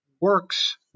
works